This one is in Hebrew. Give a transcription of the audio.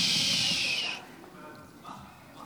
אני מדברת קצר.